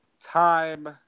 time